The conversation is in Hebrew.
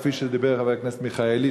כפי שדיבר חבר הכנסת מיכאלי,